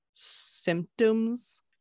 Symptoms